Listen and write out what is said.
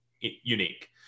unique